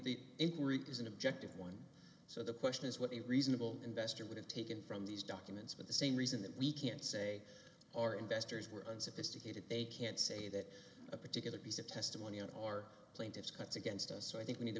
inquiry is an objective one so the question is what a reasonable investor would have taken from these documents for the same reason that we can't say our investors were unsophisticated they can't say that a particular piece of testimony of our plaintiffs cuts against us so i think we need to